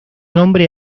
nombre